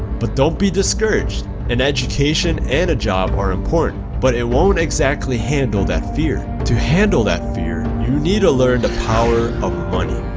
but don't be discouraged an education and a job are important, but it won't exactly handle that fear. to handle that fear, you need to learn the power of money,